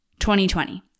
2020